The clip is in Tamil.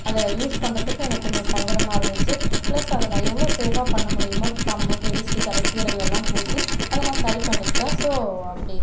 அதை யூஸ் பண்ணுறத்துக்கும் எனக்கு கொஞ்சம் சங்கடமாக இருந்துச்சு ப்ளஸ் அதை நான் எவ்வளோ சேஃபாக பண்ண முடியுமோ கம்மு ஃபெவிஸ்டிக் அந்த கீரல்லெல்லாம் பூசி அதை நான் சரி பண்ணிகிட்டேன் ஸோ அப்படி